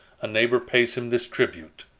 a neighbor pays him this tribute